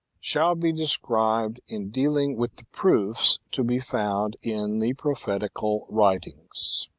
shall be described in dealing with the proofs to be found in the pro phetical writings.